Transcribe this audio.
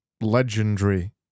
legendary